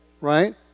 Right